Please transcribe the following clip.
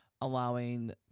allowing